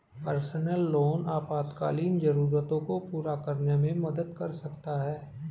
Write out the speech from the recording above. personal loan आपातकालीन जरूरतों को पूरा करने में मदद कर सकता है